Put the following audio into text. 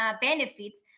benefits